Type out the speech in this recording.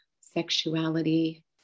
sexuality